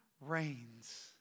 reigns